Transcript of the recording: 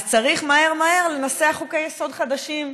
אז צריך מהר מהר לנסח חוקי-יסוד חדשים.